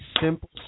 simple